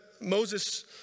Moses